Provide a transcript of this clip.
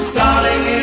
darling